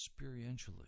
experientially